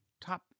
Top